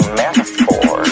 metaphor